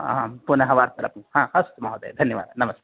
आं पुनः वार्तालापं हा अस्तु महोदय धन्यवादः नमस्ते